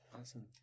Awesome